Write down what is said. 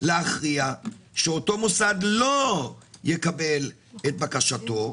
להכריע שאותו מוסד לא יקבל את בקשתו,